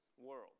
world